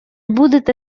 будете